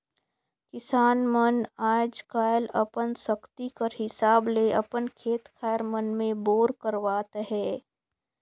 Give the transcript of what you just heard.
किसान मन आएज काएल अपन सकती कर हिसाब ले अपन खेत खाएर मन मे बोर करवात अहे